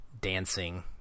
dancing